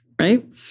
right